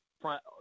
front